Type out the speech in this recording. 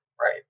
Right